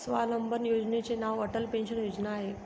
स्वावलंबन योजनेचे नाव अटल पेन्शन योजना आहे